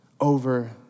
over